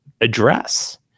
address